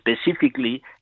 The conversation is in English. specifically